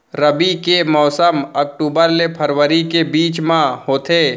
रबी के मौसम अक्टूबर ले फरवरी के बीच मा होथे